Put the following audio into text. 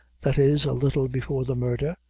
that is, a little before the murder,